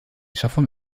schaffung